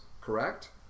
Correct